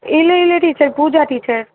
இல்லை இல்லை teacher Pooja teacher